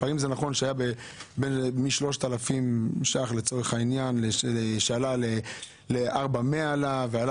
מספרים זה נכון שמ-3,000 עלה ל-4,100 ועלה